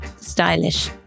stylish